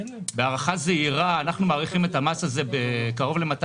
אנחנו מעריכים שמדובר בקרוב ל-200